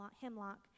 Hemlock